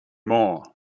more